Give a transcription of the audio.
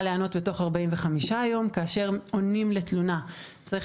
להיענות בתוך 45 ימים וכאשר עונים לתלונה צריך